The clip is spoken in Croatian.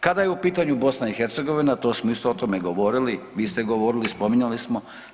Kada je u pitanju BiH to smo isto o tome govorili, vi ste govorili, spominjali smo.